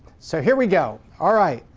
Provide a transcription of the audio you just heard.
so here we go. all right.